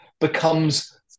becomes